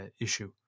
issue